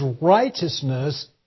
righteousness